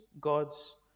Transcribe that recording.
God's